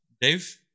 Dave